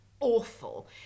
awful